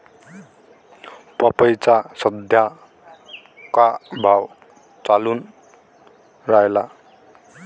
पपईचा सद्या का भाव चालून रायला?